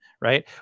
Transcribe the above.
right